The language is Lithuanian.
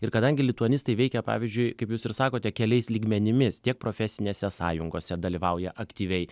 ir kadangi lituanistai veikia pavyzdžiui kaip jūs ir sakote keliais lygmenimis tiek profesinėse sąjungose dalyvauja aktyviai